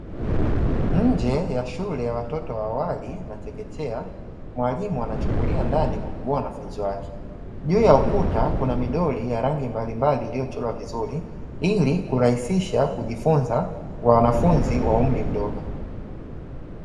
Nje ya shule ya watoto wa awali na chekechea, mwalimu anachungulia ndani kuwakagua wanafunzi wake. Juu ya ukuta kuna midoli ya rangi mbali mbali iliyochorwa vizuri, ili kurahisisha kujifunza kwa wanafunzi wa umri mdogo.